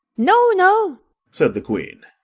no, no said the queen.